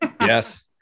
Yes